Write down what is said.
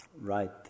right